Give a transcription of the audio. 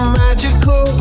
magical